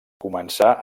començà